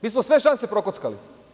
Mi smo sve šanse prokockali.